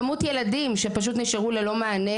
כמות ילדים שפשוט נשארו ללא מענה